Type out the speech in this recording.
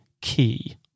key